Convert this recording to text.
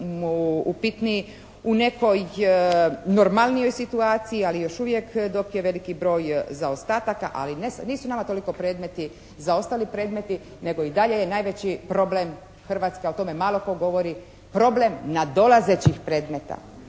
u nekoj normalnijoj situaciji. Ali još uvijek dok je veliki broj zaostataka, ali nisu nama toliko predmeti zaostali predmeti nego i dalje je najveći problem Hrvatska o tome malo tko govori problem nadolazećih predmeta.